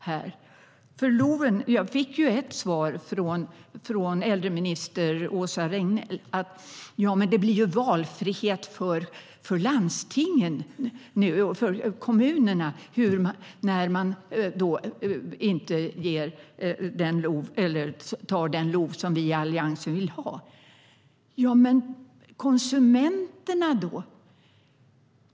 Jag fick ett svar från äldreminister Åsa Regnér, som sa: Det blir ju valfrihet för landstingen och för kommunerna nu när man inte tar den LOV som ni i Alliansen vill ha! Men konsumenterna då?